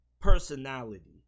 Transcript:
personality